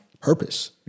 purpose